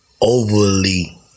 overly